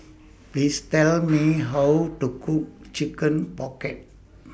Please Tell Me How to Cook Chicken Pocket